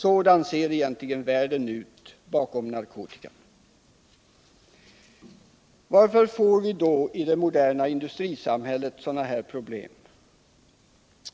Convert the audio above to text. Sådan ser egentligen världen ut bakom narkotikan. Varför får vi då i det moderna industrisamhället sådana här problem?